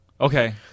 Okay